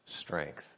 strength